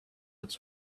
its